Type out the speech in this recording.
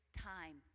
time